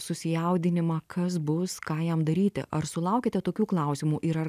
susijaudinimą kas bus ką jam daryti ar sulaukiate tokių klausimų ir ar